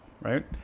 right